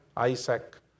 Isaac